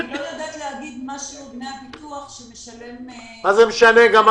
-- אני לא יודעת להגיד מה שיעור דמי הביטוח שמשלם --- מה זה משנה?